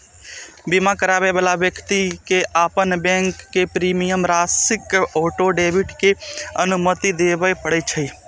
बीमा कराबै बला व्यक्ति कें अपन बैंक कें प्रीमियम राशिक ऑटो डेबिट के अनुमति देबय पड़ै छै